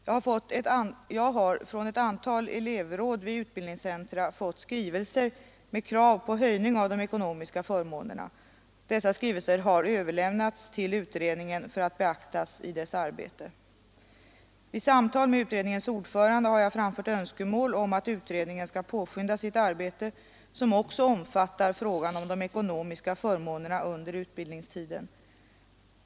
Jag har från ett antal elevråd vid utbildningscenter fått skrivelser med krav på höjning av de ekonomiska förmånerna. Dessa skrivelser har överlämnats till utredningen för att beaktas i dess arbete. Vid samtal med utredningens ordförande har jag framfört önskemål om att utredningen skall påskynda sitt arbete, som också omfattar frågan om de ekonomiska förmånerna under utbildningstiden.